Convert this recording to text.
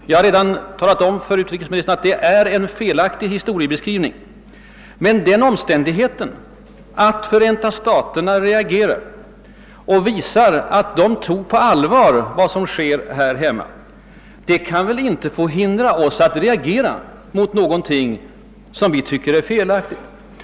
Jag har redan talat om för utrikesministern att detta är en felaktig historieskrivning. Men den omständigheten att Förenta staterna reagerar och visar att man tagit det som händer i vårt land på allvar, kan väl inte få hindra oss från att reagera mot något som vi tycker är felaktigt.